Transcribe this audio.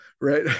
right